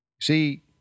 See